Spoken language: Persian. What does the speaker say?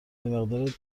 مقدار